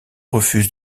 refuse